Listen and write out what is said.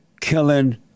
killing